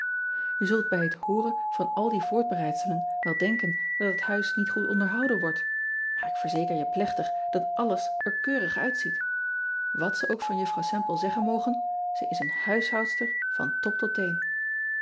e zult bij het hooren van al die voortbereidselen wel denken dat het huis niet goed onderhouden wordt maar ik verzeker je plechtig dat alles er keurig uitziet at ze ook van uffrouw emple zeggen mogen ze is een huishoudster van top tot teen